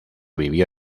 vivió